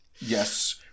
Yes